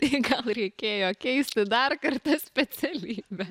tai gal reikėjo keisti dar kartą specialybę